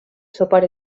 sopar